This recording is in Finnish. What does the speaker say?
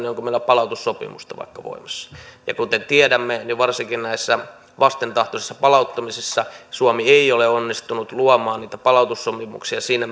palautussopimusta vaikka voimassa ja kuten tiedämme niin varsinkin näissä vastentahtoisissa palauttamisissa suomi ei ole onnistunut luomaan niitä palautussopimuksia siinä